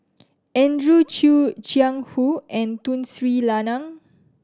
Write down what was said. Andrew Chew Jiang Hu and Tun Sri Lanang